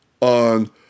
on